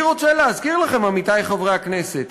אני רוצה להזכיר לכם, עמיתי חברי הכנסת.